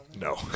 No